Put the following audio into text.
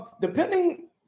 Depending